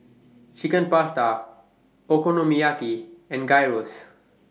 Chicken Pasta Okonomiyaki and Gyros